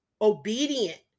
obedient